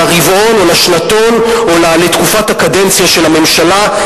לרבעון או לשנתון או לתקופת הקדנציה של הממשלה,